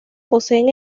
poseen